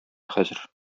хәзер